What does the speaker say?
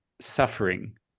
suffering